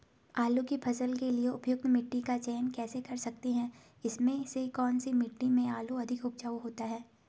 आलू की फसल के लिए उपयुक्त मिट्टी का चयन कैसे कर सकते हैं इसमें से कौन सी मिट्टी में आलू अधिक उपजाऊ होता है?